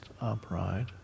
upright